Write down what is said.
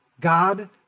God